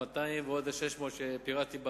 200 מיליון ש"ח ועוד 600 מיליון ש"ח שהצגתי,